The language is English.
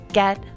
get